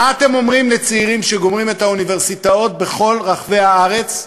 מה אתם אומרים לצעירים שגומרים את האוניברסיטאות בכל רחבי הארץ?